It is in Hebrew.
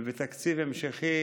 ובתקציב המשכי